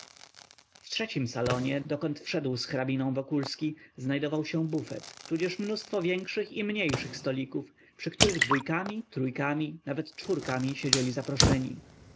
w trzecim salonie dokąd wszedł z hrabiną wokulski znajdował się bufet tudzież mnóstwo większych i mniejszych stolików przy których dwójkami trójkami nawet czwórkami siedzieli zaproszeni